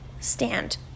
stand